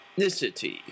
ethnicity